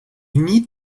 need